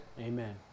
amen